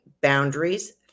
boundaries